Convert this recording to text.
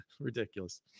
Ridiculous